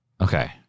Okay